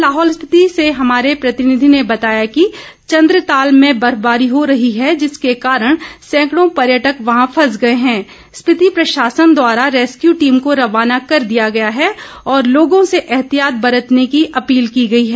लाहौल स्पिति से हमारे प्रतिनिधी ने बताया है कि चन्द्रताल में बर्फबारी हो रही है जिसके कारण सैकंडों पर्यटक वहां फस गए है स्पिति प्रशासन द्वारा रैस्क्यू टीम को रवाना कर दिया है और लोगों से एहतियात बरतने की अपील की गई है